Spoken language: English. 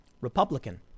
Republican